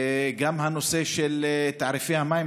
וגם הנושא של תעריפי המים,